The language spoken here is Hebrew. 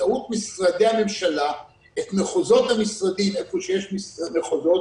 באמצעות משרדי הממשלה את מחוזות המשרדים איפה שיש מחוזות,